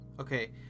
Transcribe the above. Okay